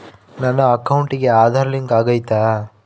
ನನ್ನ ಅಕೌಂಟಿಗೆ ಆಧಾರ್ ಲಿಂಕ್ ಆಗೈತಾ?